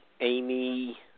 Amy